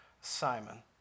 Simon